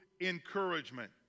encouragement